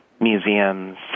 museums